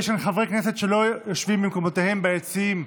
כי יש כאן חברי כנסת שלא יושבים במקומותיהם ביציעים.